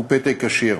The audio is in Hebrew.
הוא פתק כשר,